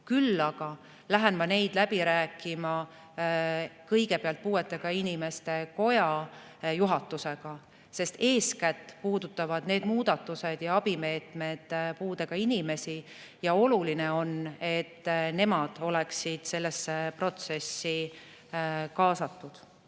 Küll aga lähen ma neid läbi rääkima kõigepealt puuetega inimeste koja juhatusega, sest eeskätt puudutavad need muudatused ja abimeetmed puudega inimesi, ja oluline on, et nemad oleksid sellesse protsessi kaasatud.